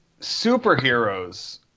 superheroes